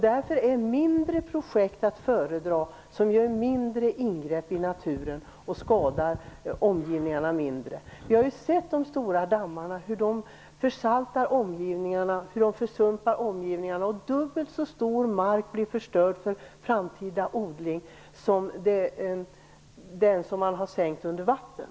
Därför är mindre projekt att föredra, eftersom de gör mindre ingrepp i naturen och skadar omgivningarna mindre. Vi har ju kunnat se hur de stora dammarna försaltar och försumpar omgivningarna. Dubbelt så stor mark blir förstörd för framtida odling jämfört med den som man har sänkt under vatten.